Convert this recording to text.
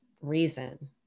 reason